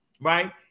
right